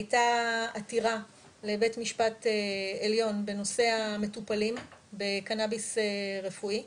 הייתה עתירה לבית משפט עליון בנושא המטופלים בקנביס רפואי,